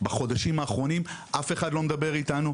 בחודשים האחרונים יש נתק; אף אחד לא מדבר איתנו.